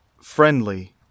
friendly